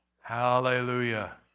Hallelujah